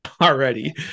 already